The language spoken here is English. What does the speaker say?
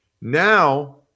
Now